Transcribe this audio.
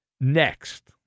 next